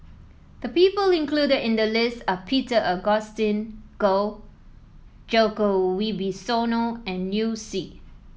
the people included in the list are Peter Augustine Goh Djoko Wibisono and Liu Si